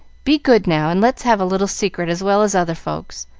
be good, now, and let's have a little secret as well as other folks.